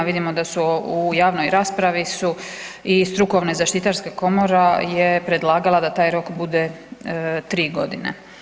Vidimo da su u javnoj raspravi su i strukovne zaštitarska komora je predlagala da taj rok bude 3 godine.